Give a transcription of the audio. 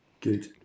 Good